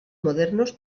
modernos